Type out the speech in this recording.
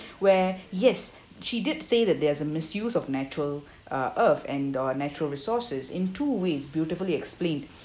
where yes she did say that there's a misuse of natural uh earth and our natural resources in two ways beautifully explained